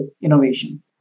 innovation